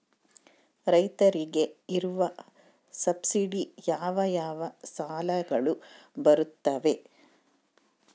ರೈತರಿಗೆ ಇರುವ ಸಬ್ಸಿಡಿ ಯಾವ ಯಾವ ಸಾಲಗಳು ಬರುತ್ತವೆ?